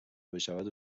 بشود